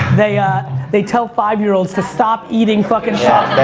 they ah they tell five year olds to stop eating fucking